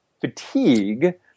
fatigue